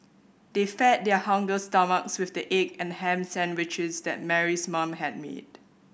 they fed their hungry stomachs with the egg and ham sandwiches that Mary's mom had made